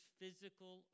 physical